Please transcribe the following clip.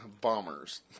Bombers